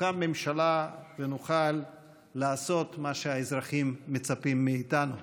תוקם ממשלה ונוכל לעשות מה שהאזרחים מצפים מאיתנו.